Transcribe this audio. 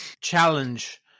challenge